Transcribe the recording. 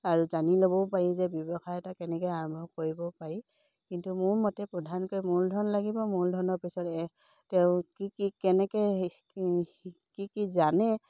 আৰু জানি ল'বও পাৰি যে ব্যৱসায় এটা কেনেকে আৰম্ভ কৰিব পাৰি কিন্তু মোৰ মতে প্ৰধানকৈ মূলধন লাগিব মূলধনৰ পিছত তেওঁ কি কেনেকে কি কি জানে